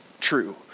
true